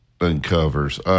uncovers